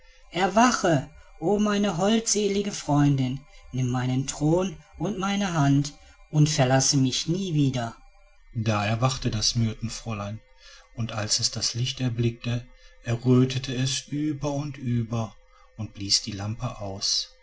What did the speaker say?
erwache o meine holdselige freundin nimm meinen thron und meine hand und verlasse mich nie wieder da erwachte das myrtenfräulein und als es das licht erblickte errötete es über und über und blies die lampe aus